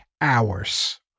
hours